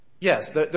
Yes